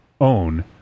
own